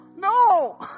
No